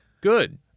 good